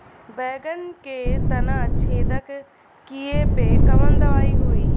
बैगन के तना छेदक कियेपे कवन दवाई होई?